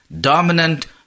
dominant